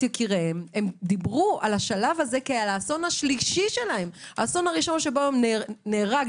יקיריהם דיברו על השלב הזה כאסון השלישי שלהם הראשון שבו נהרג,